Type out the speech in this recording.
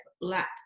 lap